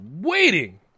waiting